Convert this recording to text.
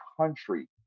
country